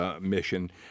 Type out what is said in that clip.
mission